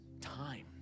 time